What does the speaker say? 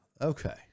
Okay